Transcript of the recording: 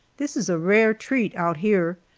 this is a rare treat out here,